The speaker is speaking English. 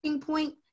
point